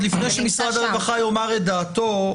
לפני שמשרד הרווחה יאמר את דעתו,